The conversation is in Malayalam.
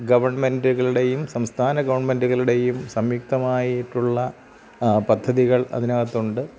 ഗവൺമെൻറ്റുകളുടെയും സംസ്ഥാന ഗവൺമെൻറ്റുകളുടെയും സംയുക്തമായിട്ടുള്ള പദ്ധതികൾ അതിനകത്തുണ്ട്